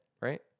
right